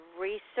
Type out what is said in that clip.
research